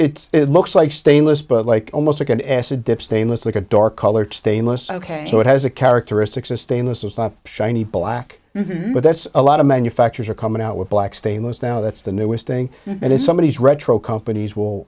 it's it looks like stainless but like almost like an acid trip stainless like a dark colored stainless ok so it has a characteristics of stainless it's not shiny black but that's a lot of manufacturers are coming out with black stainless now that's the newest thing and if somebody is retro companies will